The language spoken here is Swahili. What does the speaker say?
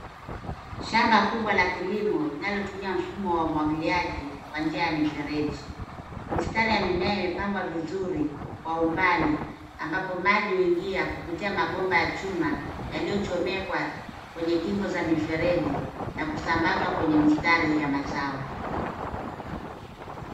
Shamba kubwa la kilimo linalotumia mfumo wa umwangiaji kwa njia ya mfereji .Mistari ya mimea imepangwa vizuri kwa umbali ambapo maji uingia kupitia mabomba ya chuma yaliyochomekwa kwenye kingo za mifereji na kusambazwa kwenye mistari ya mazao.